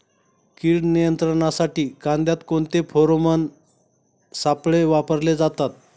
कीड नियंत्रणासाठी कांद्यात कोणते फेरोमोन सापळे वापरले जातात?